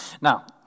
Now